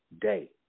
day